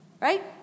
Right